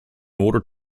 order